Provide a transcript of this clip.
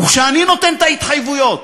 וכשאני נותן את ההתחייבויות